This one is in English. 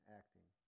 acting